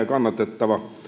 kannatettava